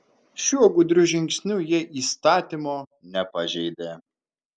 šiuo gudriu žingsniu jie įstatymo nepažeidė